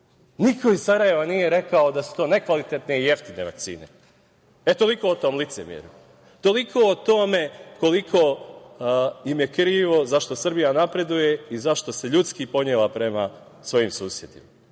niko iz Sarajeva nije rekao da su to nekvalitetne i jeftine vakcine. E, toliko o tom licemerju. Toliko o tome koliko im je krivo zašto Srbija napreduje i zašto se ljudski ponela prema svojim susedima. Nažalost,